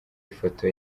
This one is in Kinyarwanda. ifoto